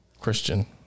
Christian